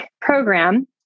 program